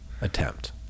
attempt